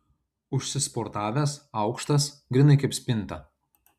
užsisportavęs aukštas grynai kaip spinta